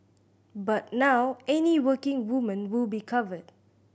but now any working woman will be covered